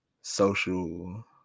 social